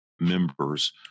Members